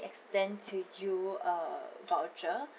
extend to you a voucher